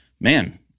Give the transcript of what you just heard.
man